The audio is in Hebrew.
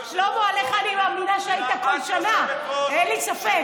שלמה, עליך אני מאמינה שהיית כל שנה, אין לי ספק.